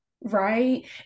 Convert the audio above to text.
Right